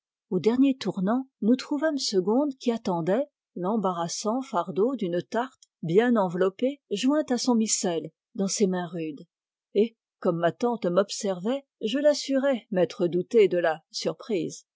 au dernier tournant nous trouvâmes segonde qui attendait l'embarrassant fardeau d'une tarte bien enveloppée joint à son missel dans ses mains rudes et comme ma tante m'observait je l'assurai m'être douté de la surprise